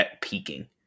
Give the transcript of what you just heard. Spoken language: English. peaking